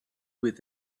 with